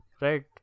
right